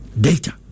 Data